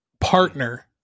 partner